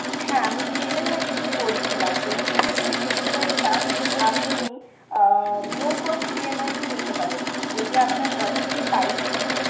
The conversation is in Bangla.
হ্যাঁ আমি সেটাই অ্যাকচুয়েলি বলছিলাম এইচ ডি এফ সির ই এম আইটা আপনি no cost H D F আইতে যেতে পারেন যদি আপনার বাজেট একটু টাইট থাকে